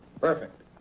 Perfect